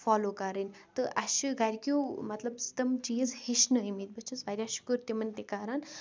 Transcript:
follow کَرٕنۍ تہٕ اَسہِ چھِ گرِکیٚو مطلب تِم چیٖز ہٮ۪چھنٲیمٕتۍ بہٕ چھَس واریاہ شُکُر تِمن تہِ کران